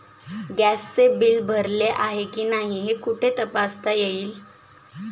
गॅसचे बिल भरले आहे की नाही हे कुठे तपासता येईल?